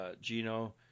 Gino